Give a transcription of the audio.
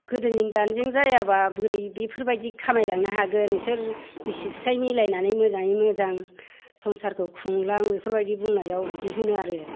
गोदोनि दानिजों जायाबा बोरै बेफोरबायदि खामायलांनो हागोन नोंसोर बिसि फिसाय मिलायनानै मोजाङै मोजां संसारखौ खुंलां बेफोरबायदि बुंनायाव बिदि होनो आरो